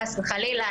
חס וחלילה,